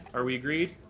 are we agreed?